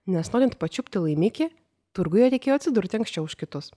nes norint pačiupti laimikį turguje reikėjo atsidurti anksčiau už kitus